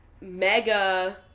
mega